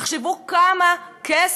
תחשבו מה בכסף,